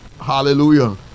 Hallelujah